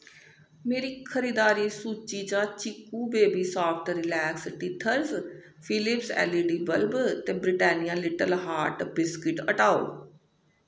मेरी खरीदारी सूची चा Chicco baby soft relax teethers Philips L E D bulb ते ब्रिटानिया लिटिल हार्ट बिस्कुट हटाओ